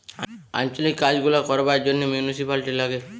আঞ্চলিক কাজ গুলা করবার জন্যে মিউনিসিপালিটি লাগে